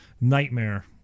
nightmare